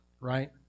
right